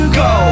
go